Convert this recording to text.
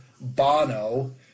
Bono